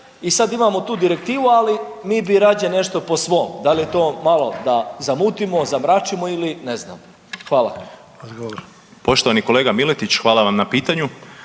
i sad imamo tu direktivu, ali mi bi rađe nešto po svom. Da li je to malo da zamutimo, zamračimo ili ne znam. Hvala. **Troskot, Zvonimir (MOST)** Poštovani kolega Miletić, hvala vam na pitanju.